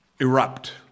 erupt